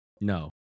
no